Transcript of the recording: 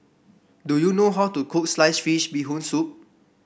do you know how to cook Sliced Fish Bee Hoon Soup